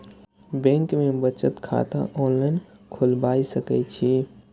Bank में बचत खाता ऑनलाईन खोलबाए सके छी?